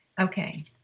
Okay